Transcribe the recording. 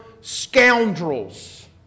scoundrels